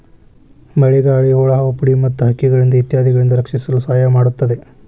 ಮಳಿಗಾಳಿ, ಹುಳಾಹುಪ್ಡಿ ಮತ್ತ ಹಕ್ಕಿಗಳಿಂದ ಇತ್ಯಾದಿಗಳಿಂದ ರಕ್ಷಿಸಲು ಸಹಾಯ ಮಾಡುತ್ತದೆ